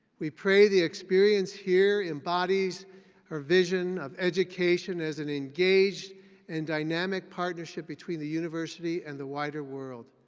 we pray the experience here embodies our vision of education as an engaged and dynamic partnership between the university and the wider world.